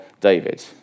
David